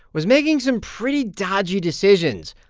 was making some pretty dodgy decisions,